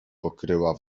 pokryła